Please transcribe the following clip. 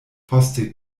poste